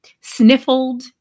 sniffled